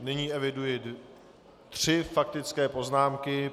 Nyní eviduji tři faktické poznámky.